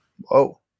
Whoa